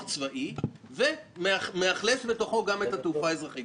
צבאי ומאכלס בתוכו גם את התעופה האזרחית.